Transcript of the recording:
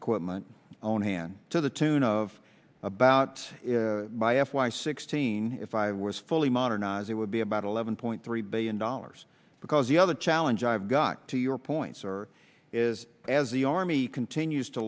equipment own hand to the tune of about by f y sixteen if i was fully modernize it would be about eleven point three billion dollars because the other challenge i've got to your points or is as the army continues to